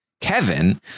Kevin